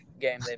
game